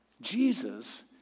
Jesus